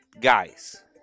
guys